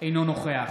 אינו נוכח